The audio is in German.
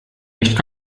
nicht